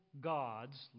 gods